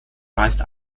meist